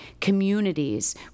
communities